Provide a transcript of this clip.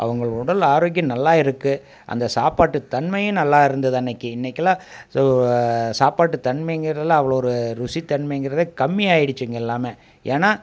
அவங்க உடல் ஆரோக்கியம் நல்லா இருக்குது அந்த சாப்பாட்டு தன்மையும் நல்லாயிருந்தது அன்னைக்கி இன்னக்கெல்லாம் சாப்பாட்டு தன்மைங்கிறதுலாம் அவ்வளோ ஒரு ருசி தன்மைங்கிறதே கம்மியாகிடுச்சி இங்கே எல்லாம் ஏன்னா